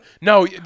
No